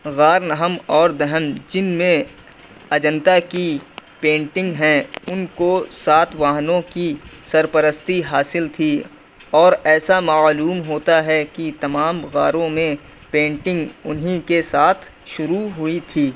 غار نہم اور دہن جن میں اجنتا کی پینٹنگ ہیں ان کو سات واہنوں کی سرپرستی حاصل تھی اور ایسا معلوم ہوتا ہے کہ تمام غاروں میں پینٹنگ انہیں کے ساتھ شروع ہوئی تھی